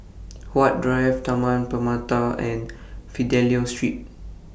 Huat Drive Taman Permata and Fidelio Street